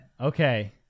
Okay